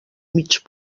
mig